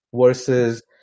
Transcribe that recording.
versus